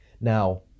now